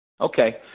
Okay